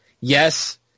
Yes